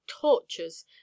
tortures